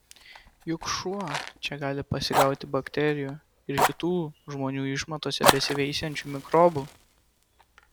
juk šuo čia gali pasigauti bakterijų ir kitų žmonių išmatose besiveisiančių mikrobų